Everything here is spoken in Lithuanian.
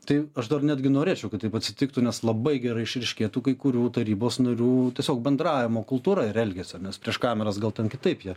tai aš dar netgi norėčiau kad taip atsitiktų nes labai gerai išryškėtų kai kurių tarybos narių tiesiog bendravimo kultūra ir elgesio nes prieš kameras gal ten kitaip jie